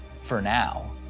for now.